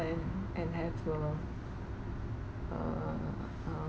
and and have a err um